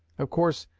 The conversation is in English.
of course,